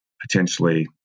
potentially